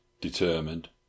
determined